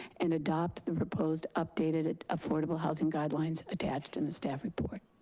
and adopt the proposed updated affordable housing guidelines attached in the staff report.